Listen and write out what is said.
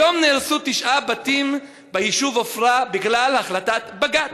היום נהרסו תשעה בתים ביישוב עפרה בגלל החלטת בג"ץ.